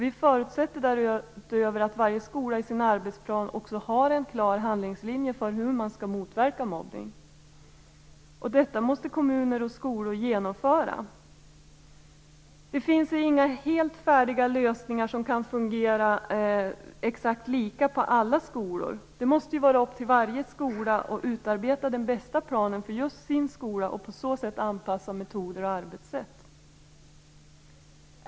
Vi förutsätter därutöver att varje skola i sin arbetsplan också har en klar handlingslinje för hur man skall motverka mobbning, och detta måste kommuner och skolor genomföra. Det finns inga helt färdiga lösningar som kan fungera exakt lika på alla skolor. Det måste vara upp till varje skola att utarbeta den bästa planen för just sin skola och på så sätt anpassa metoder och arbetssätt.